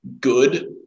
good